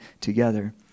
together